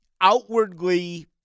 outwardly